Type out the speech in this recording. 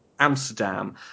Amsterdam